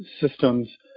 systems